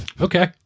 Okay